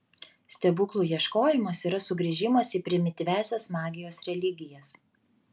stebuklų ieškojimas yra sugrįžimas į primityviąsias magijos religijas